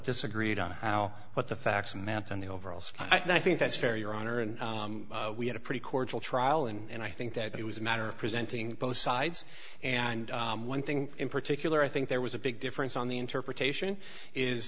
disagreed on how what the facts manton the overalls i think that's fair your honor and we had a pretty cordial trial and i think that it was a matter of presenting both sides and one thing in particular i think there was a big difference on the interpretation is